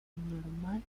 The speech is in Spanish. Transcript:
normal